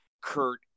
kurt